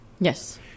Yes